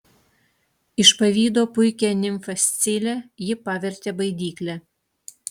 iš pavydo puikią nimfą scilę ji pavertė baidykle